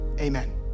amen